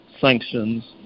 sanctions